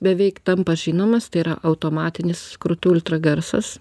beveik tampa žinomas tai yra automatinis krūtų ultragarsas